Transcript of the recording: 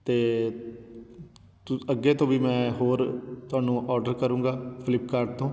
ਅਤੇ ਅੱਗੇ ਤੋਂ ਵੀ ਮੈਂ ਹੋਰ ਤੁਆਨੂੰ ਔਡਰ ਕਰੂੰਗਾ ਫਲਿੱਪਕਾਡ ਤੋਂ